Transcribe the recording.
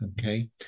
okay